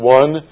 one